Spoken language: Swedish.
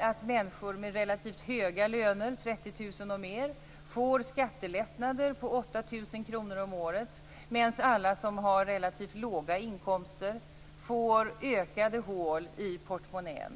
att människor med relativt höga löner, 30 000 kr och mer, får skattelättnader på 8 000 kr om året, medan alla som har relativt låga inkomster får ökade hål i portmonnän.